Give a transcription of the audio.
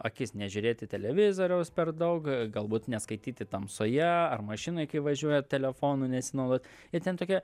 akis nežiūrėti televizoriaus per daug galbūt neskaityti tamsoje ar mašinoj kai važiuoja telefonu nesinaudot ir ten tokia